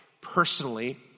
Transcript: personally